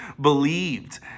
believed